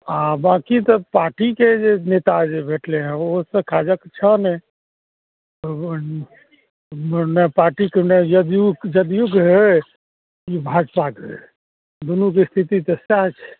आओर बाँकी तऽ पार्टीके जे नेता जे भेटले हेँ ओ तऽ काजक छह नहि मने पार्टीके जदयू जदयूके होइ कि भाजपाके होइ दुनूके स्थिति तऽ सएह छै